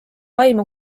aimu